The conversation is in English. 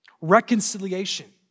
reconciliation